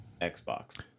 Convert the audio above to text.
Xbox